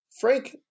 frank